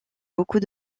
beaucoup